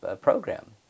program